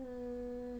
mm